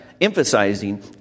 emphasizing